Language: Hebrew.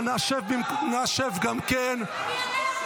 סליחה.